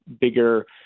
bigger